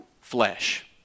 flesh